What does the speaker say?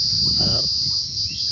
ᱟᱨ